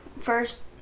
First